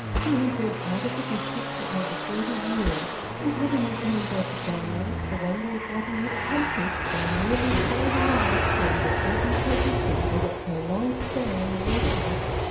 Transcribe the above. he had been out of the district for over thirty years, and, having returned there to die, the wonder of what he had accomplished by merely saving a lad from the certain perdition of a prolonged stay in the workhouse,